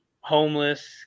homeless